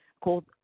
called